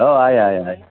हो आहे आहे आहे